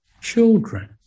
children